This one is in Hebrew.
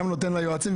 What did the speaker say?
גם נותן ליועצים,